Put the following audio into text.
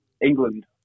England